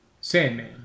Sandman